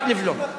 רק לבלום.